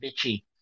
bitchy